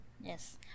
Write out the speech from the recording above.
Yes